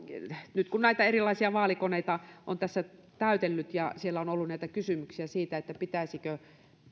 nyt kun näitä erilaisia vaalikoneita on tässä täytellyt ja siellä on ollut kysymyksiä siitä pitäisikö